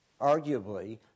arguably